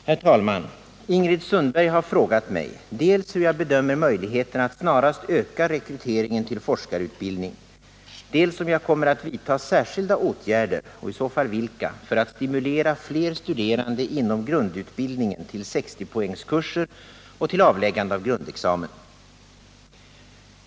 Herr talman! Ingrid Sundberg har frågat mig dels hur jag bedömer möjligheterna att snarast öka rekryteringen till forskarutbildning, dels om jag kommer att vidta särskilda åtgärder, och i så fall vilka, för att stimulera fler studerande inom grundutbildningen till 60-poängskurser och till avläggande av grundexamen. 1.